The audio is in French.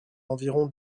environ